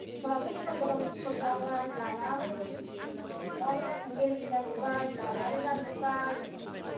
स्कुलयाबो गोदान गोदान स्कुल जाबाय लामायाबो नयाबो गासिबो बिलदिं जाजेबबाय लामायाबो जाजोबबाय